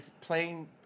playing